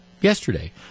yesterday